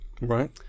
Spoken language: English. right